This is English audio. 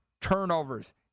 turnovers